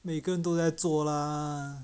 每个人都在做 lah